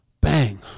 Bang